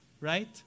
right